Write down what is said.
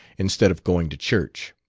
instead of going to church.